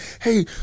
hey